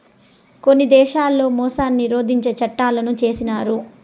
కొన్ని దేశాల్లో మోసాన్ని నిరోధించే చట్టంలను చేసినారు